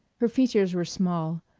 her features were small,